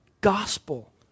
gospel